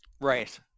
right